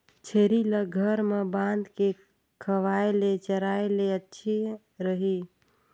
छेरी ल घर म बांध के खवाय ले चराय ले अच्छा रही?